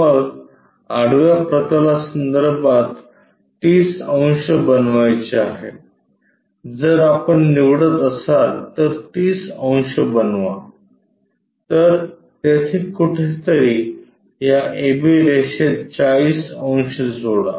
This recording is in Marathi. मग आडव्या प्रतलासंदर्भात 30 अंश बनवायचे आहे जर आपण निवडत असाल तर 30 अंश बनवा तर तेथे कुठेतरी या ab रेषेत 40 अंश जोडा